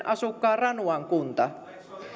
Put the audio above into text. asukkaan ranuan kunta